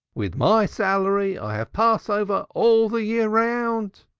with my salary i have passover all the year round.